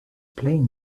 playing